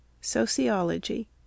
Sociology